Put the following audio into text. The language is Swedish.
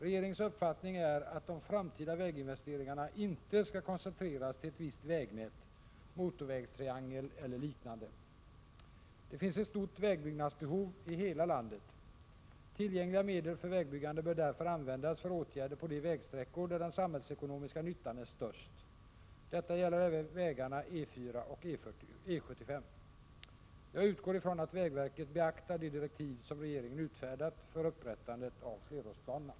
Regeringens uppfattning är att de framtida väginvesteringarna inte skall koncentreras till ett visst vägnät, motorvägstriangel eller liknande. Det finns ett stort vägbyggnadsbehov i hela landet. Tillgängliga medel för vägbyggande bör därför användas för åtgärder på de vägsträckor där den samhällsekonomiska nyttan är störst. Detta gäller även vägarna E 4 och E7s: Jag utgår ifrån att vägverket beaktar de direktiv som regeringen utfärdat för upprättandet av flerårsplanerna.